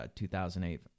2008